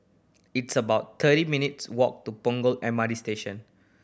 it's about thirty minutes' walk to Punggol M R T Station